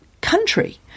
country